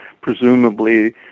Presumably